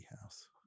house